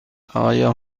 آیا